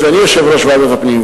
היות שאני יושב-ראש ועדת הפנים,